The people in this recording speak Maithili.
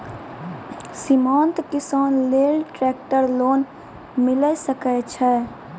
सीमांत किसान लेल ट्रेक्टर लोन मिलै सकय छै?